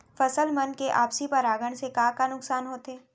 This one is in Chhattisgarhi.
फसल मन के आपसी परागण से का का नुकसान होथे?